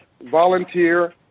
volunteer